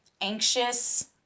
anxious